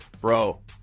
Bro